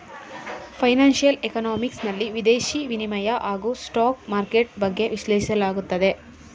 financial economics ನಲ್ಲಿ ವಿದೇಶಿ ವಿನಿಮಯ ಹಾಗೂ ಸ್ಟಾಕ್ ಮಾರ್ಕೆಟ್ ಬಗ್ಗೆ ವಿಶ್ಲೇಷಿಸಲಾಗುತ್ತದೆ